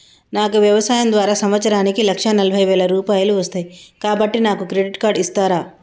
నాకు వ్యవసాయం ద్వారా సంవత్సరానికి లక్ష నలభై వేల రూపాయలు వస్తయ్, కాబట్టి నాకు క్రెడిట్ కార్డ్ ఇస్తరా?